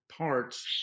parts